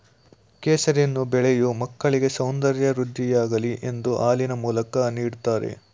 ಕೇಸರಿಯನ್ನು ಬೆಳೆಯೂ ಮಕ್ಕಳಿಗೆ ಸೌಂದರ್ಯ ವೃದ್ಧಿಯಾಗಲಿ ಎಂದು ಹಾಲಿನ ಮೂಲಕ ನೀಡ್ದತರೆ